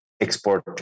export